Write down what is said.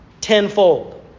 tenfold